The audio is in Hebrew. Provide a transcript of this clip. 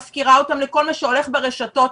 מפקירה אותם לכל מה שהולך ברשתות,